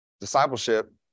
Discipleship